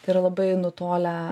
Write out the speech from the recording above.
tai yra labai nutolę